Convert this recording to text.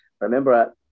remember